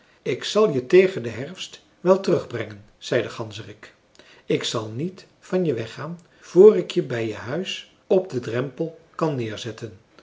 ik zal je tegen den herfst wel terugbrengen zei de ganzerik ik zal niet van je weggaan voor ik je bij je thuis op den drempel kan neerzetten